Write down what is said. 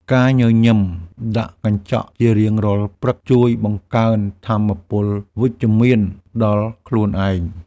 ការញញឹមដាក់កញ្ចក់ជារៀងរាល់ព្រឹក ជួយបង្កើនថាមពលវិជ្ជមានដល់ខ្លួនឯង។